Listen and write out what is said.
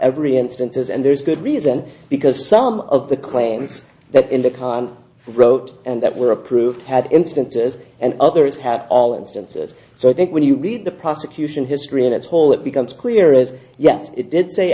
every instance and there's good reason because some of the claims that in the wrote and that were approved had instances and others had all instances so that when you read the prosecution history in its whole it becomes clear is yes it did say